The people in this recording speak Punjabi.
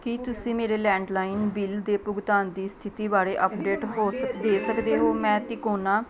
ਕੀ ਤੁਸੀਂ ਮੇਰੇ ਲੈਂਡਲਾਈਨ ਬਿੱਲ ਦੇ ਭੁਗਤਾਨ ਦੀ ਸਥਿਤੀ ਬਾਰੇ ਅਪਡੇਟ ਹੋ ਸਕਦੇ ਦੇ ਸਕਦੇ ਹੋ ਮੈਂ ਤਿਕੋਨਾ